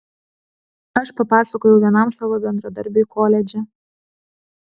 aš papasakojau vienam savo bendradarbiui koledže